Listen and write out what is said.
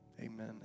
Amen